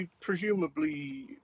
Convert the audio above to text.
presumably